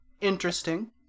interesting